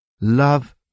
Love